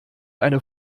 eine